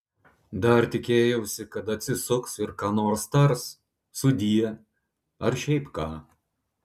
dar tikėjausi kad atsisuks ir ką nors tars sudie ar šiaip ką